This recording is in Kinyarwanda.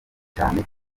cyane